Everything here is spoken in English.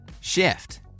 Shift